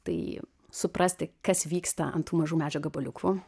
tai suprasti kas vyksta ant mažų medžio gabaliukų